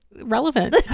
relevant